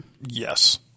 Yes